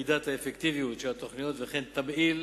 מידת האפקטיביות של התוכניות וכן תמהיל